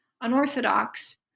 Unorthodox